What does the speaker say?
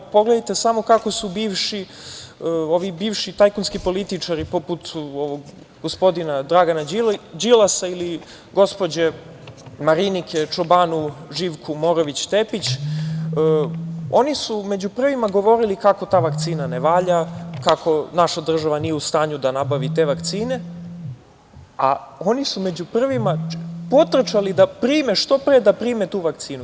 Pogledajte samo kako su bivši tajkunski političari poput gospodina Dragana Đilasa ili gospođe Marinike Čobanov-živku-morović Tepić, oni su među prvima govorili kako ta vakcina ne valja, kako naša država nije u stanju da nabavi te vakcine, a oni su među prvima potrčali da prime što pre tu vakcinu.